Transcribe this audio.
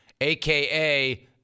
aka